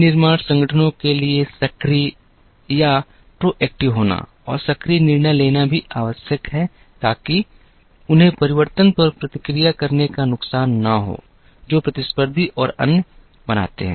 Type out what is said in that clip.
विनिर्माण संगठनों के लिए सक्रिय होना और सक्रिय निर्णय लेना भी आवश्यक है ताकि उन्हें परिवर्तन पर प्रतिक्रिया करने का नुकसान न हो जो प्रतिस्पर्धी और अन्य बनाते हैं